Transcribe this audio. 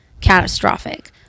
catastrophic